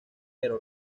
pero